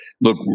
look